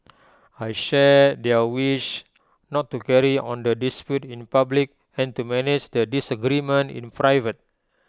I share their wish not to carry on the dispute in public and to manage the disagreement in private